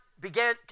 began